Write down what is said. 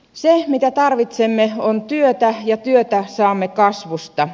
se mitä tarvitsemme on työtä ja työtä saamme kasvusta